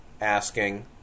asking